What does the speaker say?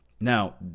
Now